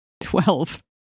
Twelve